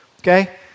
okay